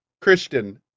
Christian